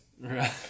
Right